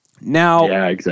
Now